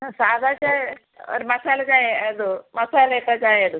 സാധാ ചായ ഒരു മസാല ചായ എതു മസാല ഇട്ട ചായ എടുക്ക്